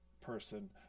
...person